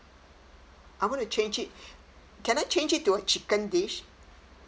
I want to change it can I change it to a chicken dish